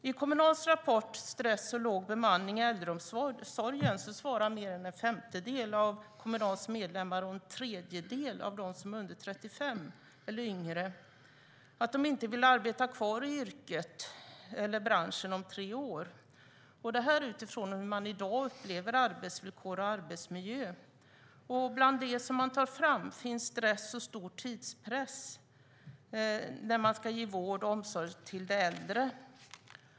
I Kommunals rapport Stress och låg bemanning i äldreomsorgen framgår att mer än en femtedel av Kommunals medlemmar och en tredjedel av dem som är 35 år eller yngre svarar att de inte vill arbeta kvar i yrket eller branschen om tre år, och detta utifrån hur man i dag upplever arbetsvillkor och arbetsmiljö. Bland det som man tar fram finns stress och stor tidspress när man ska ge vård och omsorg till de äldre.